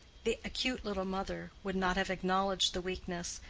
the acute little mother would not have acknowledged the weakness,